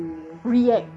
what to expect